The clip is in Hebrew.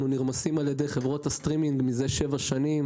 אנחנו נרמסים על ידי חברות הסטרימינג מזה שבע שנים.